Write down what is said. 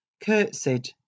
curtsied